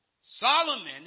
Solomon